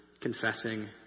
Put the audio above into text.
confessing